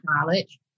college